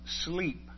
sleep